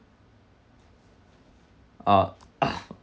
uh